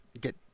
get